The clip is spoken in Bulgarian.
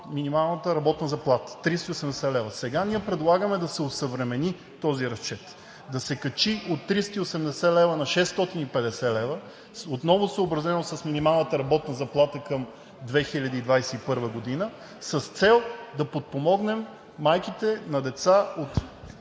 минималната работна заплата от 380 лв. Сега предлагаме да се осъвремени този разчет. Да се качи от 380 лв. на 650 лв., отново съобразено с минималната работна заплата към 2021 г., с цел да подпомогнем майките на деца от